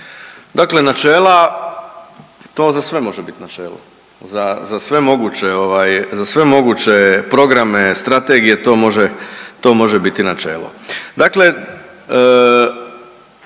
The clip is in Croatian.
Dakle, načela to vam za sve biti načelo za sve moguće programe, strategije to može biti načelo.